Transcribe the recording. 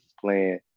playing –